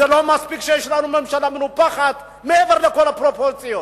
לא מספיק שיש לנו ממשלה מנופחת מעבר לכל הפרופורציות,